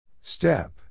Step